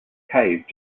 cave